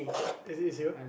it is here